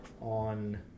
on